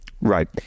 right